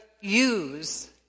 use